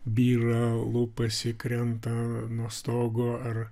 byra lupasi krenta nuo stogo ar